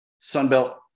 Sunbelt